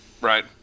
Right